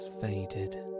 faded